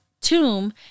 tomb